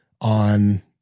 on